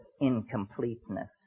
incompleteness